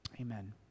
Amen